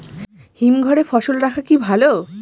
হিমঘরে ফসল রাখা কি ভালো?